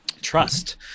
trust